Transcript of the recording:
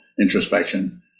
introspection